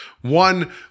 One